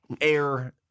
air